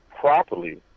properly